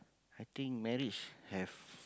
I think marriage have